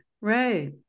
right